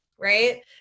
right